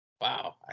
Wow